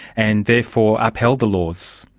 and therefore upheld the laws.